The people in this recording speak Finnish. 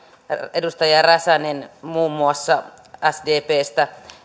edustaja räsänen muun muassa sdpstä että